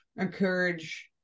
encourage